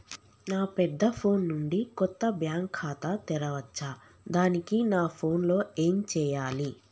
నా పెద్ద ఫోన్ నుండి కొత్త బ్యాంక్ ఖాతా తెరవచ్చా? దానికి నా ఫోన్ లో ఏం చేయాలి?